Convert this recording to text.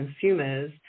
consumers